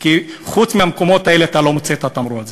כי חוץ מבמקומות האלה אתה לא מוצא את התמרור הזה.